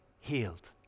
healed